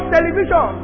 television